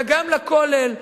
וגם לכולל,